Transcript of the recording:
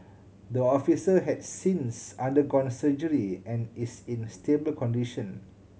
the officer has since undergone surgery and is in stable condition